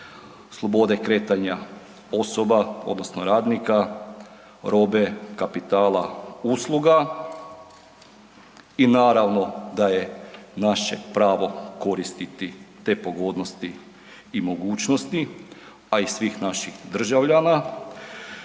slobode kretanja osoba odnosno radnika, robe, kapitala, usluga i naravno da je naše pravo koristiti te pogodnosti i mogućnosti a i svih naših državljana